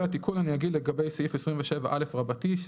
ואני אגיד לגבי סעיף 27א רבתי,